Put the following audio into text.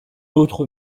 autre